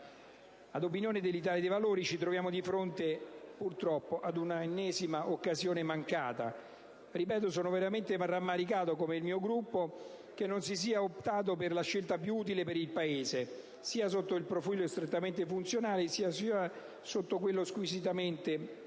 Ad opinione dell'Italia dei Valori, ci troviamo di fronte purtroppo ad un'ennesima occasione mancata. Sono veramente rammaricato, come tutto il mio Gruppo, che non si sia optato per la scelta più utile per il Paese, sia sotto il profilo strettamente funzionale, sia sotto quello squisitamente